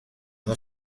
not